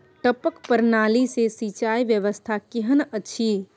टपक प्रणाली से सिंचाई व्यवस्था केहन अछि?